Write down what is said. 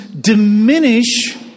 diminish